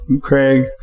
Craig